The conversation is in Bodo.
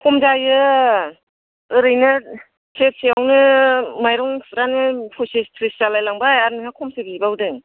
खम जायो ओरैनो सेरसेआवनो माइरं एंखुरानो फ'सिस थ्रिस जालाय लांबाय आरो नोंहा खमसो बिबावदों